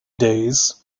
days